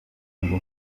ngo